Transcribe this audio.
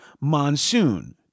Monsoon